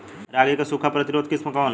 रागी क सूखा प्रतिरोधी किस्म कौन ह?